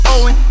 Owen